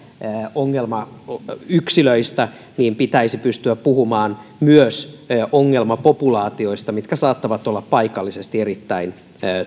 ongelmayksilöistä mutta pitäisi pystyä puhumaan myös ongelmapopulaatioista mitkä saattavat olla paikallisesti erittäin